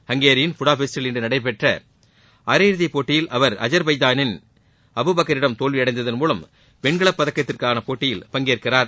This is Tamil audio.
ஹங்கேரியின் புடாபெஸ்ட்டில் இன்று நடைபெற்ற அரையிறுதி போட்டியில் அவர் அஜர்பஜானின் அபுபக்கரிடம் தோல்வி அளடந்ததன் மூலம் வெண்கலப் பதக்கத்திற்கான போட்டியில் பங்கேற்கிறார்